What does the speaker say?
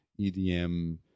edm